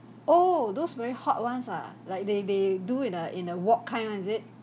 oh those very hot ones ah like they they do it in a in a wok kind [one] is it